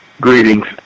greetings